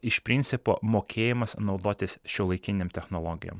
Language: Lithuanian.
iš principo mokėjimas naudotis šiuolaikinėm technologijom